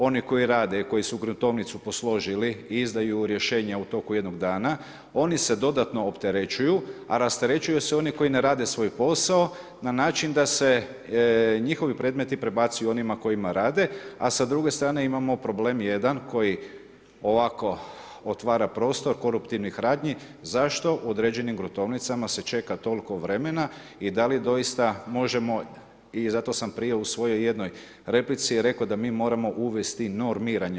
One koji rade, koji su gruntovnicu posložili, izdaju rješenja u toku jednog dana, oni se dodatno opterećuju, a rasterećuju se oni koji ne rade svoj posao na način da se njihovi predmeti prebacuju onima koji rade, a sa druge strane imamo problem jedan koji ovako otvara prostor koruptivnih radnji, zašto u određenim gruntovnicama se čeka toliko vremena i da li doista možemo i zato sam prije u svojoj jednoj replici da mi moramo uvesti normiranja.